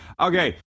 Okay